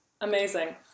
Amazing